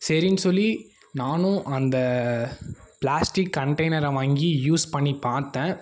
சரினு சொல்லி நானும் அந்த ப்ளாஸ்டிக் கண்டெய்னரை வாங்கி யூஸ் பண்ணி பார்த்தன்